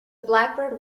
blackbird